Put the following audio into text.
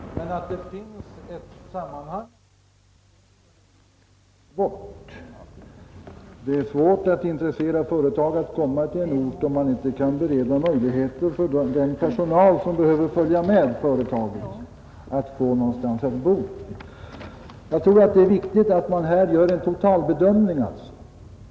Fru talman! Självfallet har jag inte den uppfattning som inrikesministern nämnde, att man skulle få företag så snart man hade bostäder att erbjuda. Men det går nog inte att diskutera bort att det finns ett sammanhang här. Det är svårt att intressera företag att komma till en ort om man inte kan bereda möjligheter för den personal, som behöver följa med företaget, att få någonstans att bo. Jag tror det är viktigt att man här gör en totalbedömning.